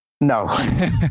No